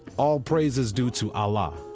all praise is due to allah,